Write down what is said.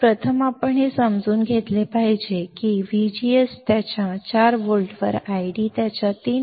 तर प्रथम आपण हे समजून घेतले पाहिजे की VGS त्याच्या 4 व्होल्टवर ID त्याच्या 3